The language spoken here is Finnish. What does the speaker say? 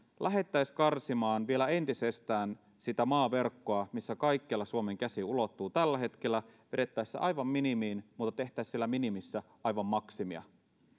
lähdettäisiin karsimaan vielä entisestään sitä maaverkkoa mihin kaikkialle suomen käsi ulottuu tällä hetkellä vedettäisiin se aivan minimiin mutta tehtäisiin siellä minimissä aivan maksimia